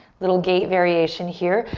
little gate variation here.